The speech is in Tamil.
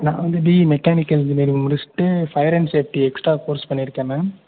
நான் வந்து பிஇ மெக்கானிக்கல் இன்ஜினியரிங் முடிச்சிவிட்டு fire and safety extra course பண்ணியிருக்கேன் மேம்